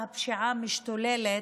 שבה הפשיעה משתוללת,